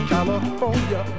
California